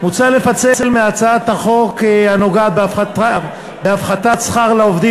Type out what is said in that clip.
מוצע לפצל מהצעת החוק הנוגעת להפחתת שכר העובדים